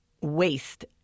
waste